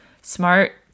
smart